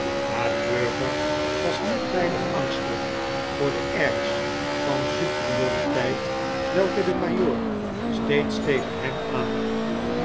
maar de burger was niet weinig angstig voor de airs van superioriteit welke de majoor steeds tegen hem aannam